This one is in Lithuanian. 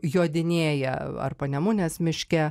jodinėja ar panemunės miške